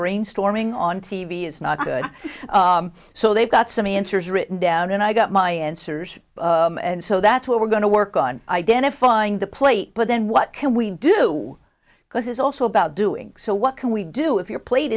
brainstorming on t v is not good so they've got some answers written down and i got my answers and so that's what we're going to work on identifying the plate but then what can we do because it's also about doing so what can we do if your plate